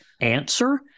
answer